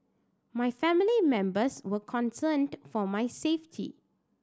my family members were concerned for my safety